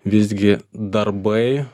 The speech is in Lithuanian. visgi darbai